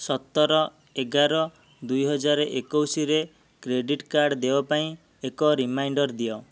ସତର ଏଗାର ଦୁଇ ହଜାର ଏକୋଇଶରେ କ୍ରେଡିଟ୍ କାର୍ଡ଼୍ ଦେୟ ପାଇଁ ଏକ ରିମାଇଣ୍ଡର୍ ଦିଅ